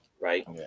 right